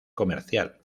comercial